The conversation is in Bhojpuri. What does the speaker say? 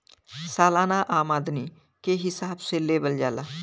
सालाना आमदनी के हिसाब से लेवल जाला